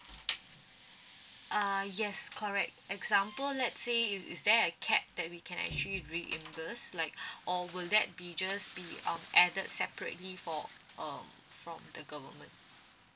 uh yes correct example let say if is there a capped that we can actually reimburse like or would that be just be um added separate for um from the government